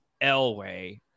Elway